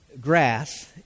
grass